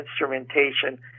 instrumentation